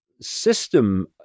system